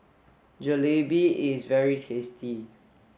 Jalebi is very tasty